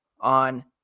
on